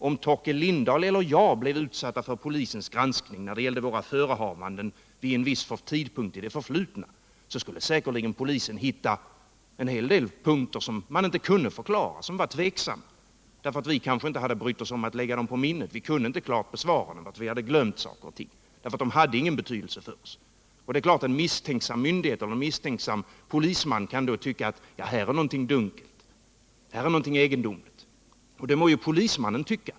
Om Torkel Lindahl eller jag blir utsatt för polisens granskning när det gäller våra förehavanden vid en viss tidpunkt i det förflutna, skulle säkerligen polisen hitta en hel del punkter som vi inte kunde förklara, som var tvivelaktiga därför att vi kanske inte hade brytt oss om att lägga dem på minnet. Vi kunde inte klart besvara frågorna, eftersom vi hade glömt saker som inte hade någon betydelse för oss. Det är klart att en misstänksam myndighet eller polisman kan då tycka att det är dunkelt och egendomligt. Och det må polismannen tycka.